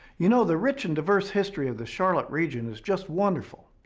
you know, the rich and diverse history of the charlotte region is just wonderful,